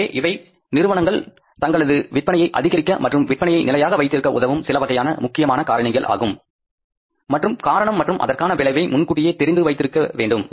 எனவே இவை நிறுவனங்கள் தங்களது விற்பனையை அதிகரிக்க மற்றும் விற்பனையை நிலையாக வைத்திருக்க உதவும் சிலவகையான முக்கியமான காரணிகள் ஆகும் மற்றும் காரணம் மற்றும் அதற்கான விளைவை முன்கூட்டியே தெரிந்து இருக்க வேண்டும்